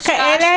יש כאלה